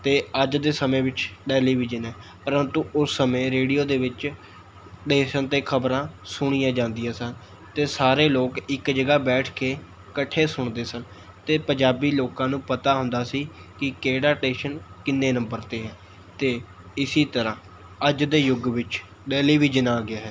ਅਤੇ ਅੱਜ ਦੇ ਸਮੇਂ ਵਿੱਚ ਟੈਲੀਵਿਜ਼ਨ ਹੈ ਪ੍ਰੰਤੂ ਉਸ ਸਮੇਂ ਰੇਡੀਓ ਦੇ ਵਿੱਚ ਟੇਸ਼ਨ 'ਤੇ ਖਬਰਾਂ ਸੁਣੀਆਂ ਜਾਂਦੀਆਂ ਸਨ ਅਤੇ ਸਾਰੇ ਲੋਕ ਇੱਕ ਜਗ੍ਹਾ ਬੈਠ ਕੇ ਕੱਠੇ ਸੁਣਦੇ ਸਨ ਅਤੇ ਪੰਜਾਬੀ ਲੋਕਾਂ ਨੂੰ ਪਤਾ ਹੁੰਦਾ ਸੀ ਕਿ ਕਿਹੜਾ ਟੇਸ਼ਨ ਕਿੰਨੇ ਨੰਬਰ 'ਤੇ ਹੈ ਅਤੇ ਇਸੀ ਤਰ੍ਹਾਂ ਅੱਜ ਦੇ ਯੁੱਗ ਵਿੱਚ ਟੈਲੀਵਿਜ਼ਨ ਆ ਗਿਆ ਹੈ